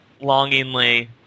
longingly